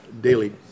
Daily